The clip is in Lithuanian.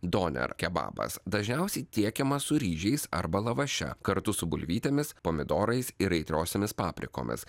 doner kebabas dažniausiai tiekiamas su ryžiais arba lavaše kartu su bulvytėmis pomidorais ir aitriosiomis paprikomis